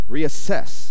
Reassess